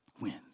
Wins